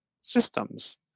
systems